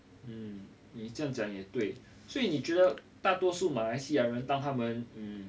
um 你这样讲也对所以你觉得大多数马来西亚人当他们 um